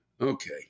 Okay